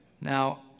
Now